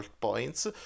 points